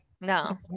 no